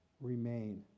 Remain